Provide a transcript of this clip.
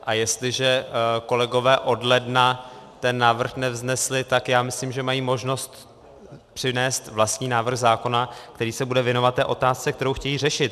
A jestliže kolegové od ledna ten návrh nevznesli, tak já myslím, že mají možnost přinést vlastní návrh zákona, který se bude věnovat té otázce, kterou chtějí řešit.